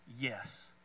yes